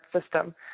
system